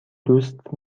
دوست